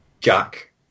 Jack